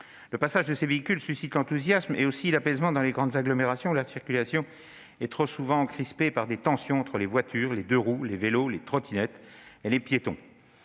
Le passage de ces véhicules suscite l'enthousiasme et aussi l'apaisement dans les grandes agglomérations où la circulation est trop souvent crispée par des tensions entre les voitures, les deux roues, les trottinettes et les piétons.